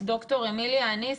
ד"ר אמיליה אניס,